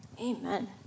Amen